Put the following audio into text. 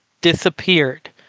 disappeared